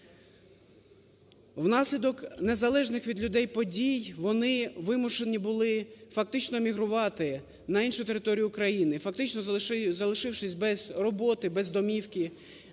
Внаслідок незалежних від людей подій вони вимушені були фактично мігрувати на іншу територію України, фактично залишившись без роботи, без домівки,